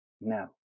no